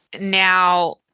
now